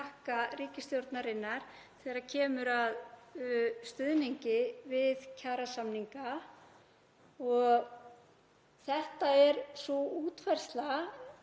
ríkisstjórnarinnar þegar kemur að stuðningi við kjarasamninga. Þetta er sú útfærsla